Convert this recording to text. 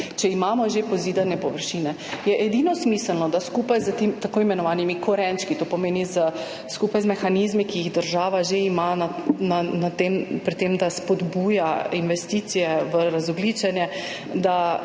če imamo že pozidane površine, je edino smiselno, da skupaj s tako imenovanimi korenčki, to pomeni skupaj z mehanizmi, ki jih država že ima pri tem, da spodbuja investicije v razogljičenje, da